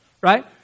right